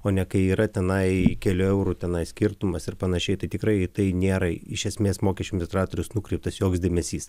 o ne kai yra tenai kelių eurų tenai skirtumas ir panašiai tai tikrai tai nėra iš esmės mokesčių administratoriaus nukreiptas joks dėmesys